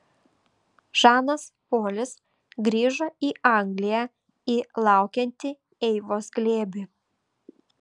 žanas polis grįžo į angliją į laukiantį eivos glėbį